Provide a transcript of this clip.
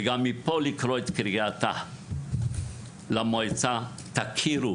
וגם מפה אקרא את קריאתה למועצה: הכירו